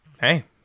hey